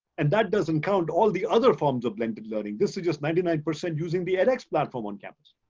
and that doesn't count all the other forms of blended learning. this is just ninety nine percent using the edx platform on campus.